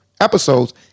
episodes